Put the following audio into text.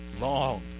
long